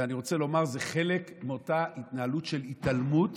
ואני רוצה לומר שזה חלק מאותה התנהלות של התעלמות